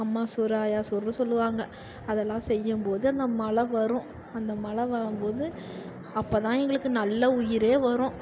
அம்மா சோறு ஆயா சோறுன்னு சொல்லுவாங்க அதெல்லாம் செய்யும்போது அந்த மழ வரும் அந்த மழ வரும்போது அப்போதான் எங்களுக்கு நல்ல உயிரே வரும்